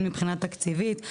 הן מבחינה תקציבית,